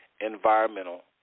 environmental